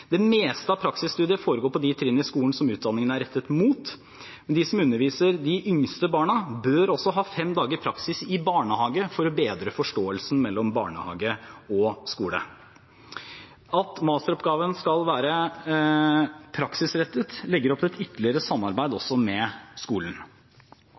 Det meste av praksisstudiet foregår på de trinnene i skolen utdanningen er rettet mot, men de som underviser de yngste barna, bør også ha fem dager praksis i barnehage for å bedre forståelsen mellom barnehage og skole. At masteroppgaven skal være praksisrettet, legger opp til et ytterligere samarbeid